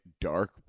dark